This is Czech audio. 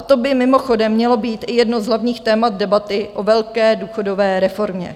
To by mimochodem mělo být i jedno z hlavních témat debaty o velké důchodové reformě.